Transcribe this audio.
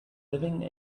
living